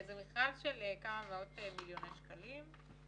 זה מכרז שעלותו כמה מיליוני שקלים.